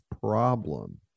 problem